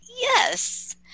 yes